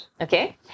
okay